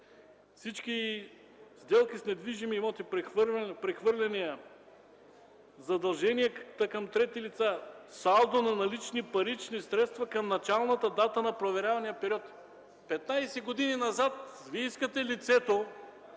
всички сделки с недвижими имоти – прехвърляния, задълженията към трети лица, салдо на налични парични средства към началната дата на проверявания период. Вие искате лицето